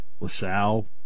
LaSalle